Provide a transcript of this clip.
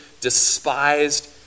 despised